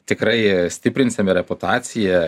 tikrai stiprinsime reputaciją